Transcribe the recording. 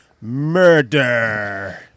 murder